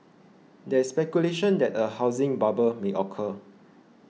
there is speculation that a housing bubble may occur